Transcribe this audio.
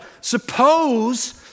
suppose